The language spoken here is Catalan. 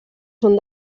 són